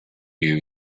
you